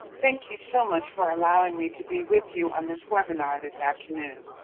thank you so much for allowing me to be with you on this webinar this afternoon.